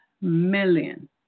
million